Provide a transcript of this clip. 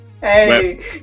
Hey